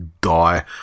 die